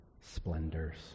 splendors